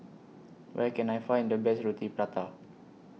Where Can I Find The Best Roti Prata